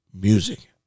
Music